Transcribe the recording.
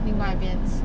另外一边吃